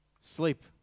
sleep